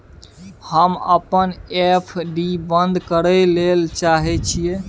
हम अपन एफ.डी बंद करय ले चाहय छियै